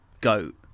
goat